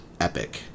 epic